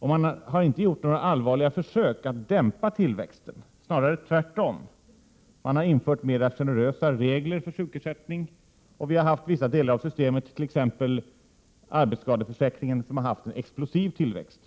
Man har inte gjort några allvarliga försök att dämpa tillväxten, snarare tvärtom — man har infört mera generösa regler för sjukersättningen. Vissa delar av systemet, t.ex. arbetsskadeförsäkringen, har haft en explosiv tillväxt.